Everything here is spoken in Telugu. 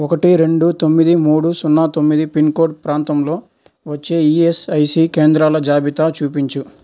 ఒకటి రెండు తొమ్మిది మూడు సున్నా తొమ్మిది పిన్ కోడ్ ప్రాంతంలో వచ్చే ఈఎస్ఐసి కేంద్రాల జాబితా చూపించు